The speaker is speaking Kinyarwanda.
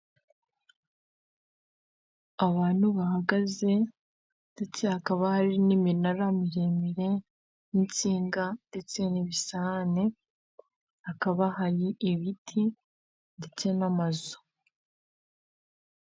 Abantu bahagaze ndetse hakaba hari n'iminara miremire, n'insinga ndetse n'ibisahane, hakaba hari ibiti ndetse n'amazu.